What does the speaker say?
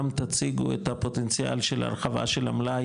גם תציגו את הפוטנציאל של הרחבה של המלאי